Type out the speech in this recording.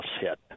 hit